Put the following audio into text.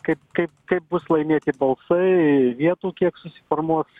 kaip kaip kaip bus laimėti balsai vietų kiek susiformuos